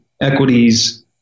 equities